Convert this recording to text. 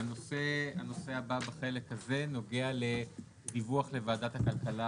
הנושא הבא בחלק הזה נוגע לדיווח לוועדת הכלכלה